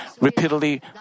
repeatedly